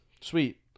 Sweet